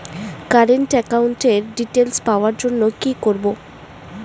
Current একাউন্টের details পাওয়ার জন্য কি করব?